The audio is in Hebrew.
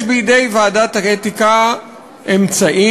יש בידי ועדת האתיקה אמצעים,